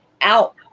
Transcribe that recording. out